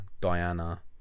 Diana